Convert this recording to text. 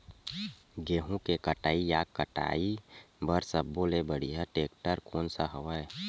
गेहूं के कटाई या कटाई बर सब्बो ले बढ़िया टेक्टर कोन सा हवय?